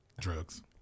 Drugs